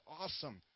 Awesome